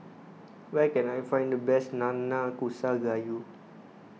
where can I find the best Nanakusa Gayu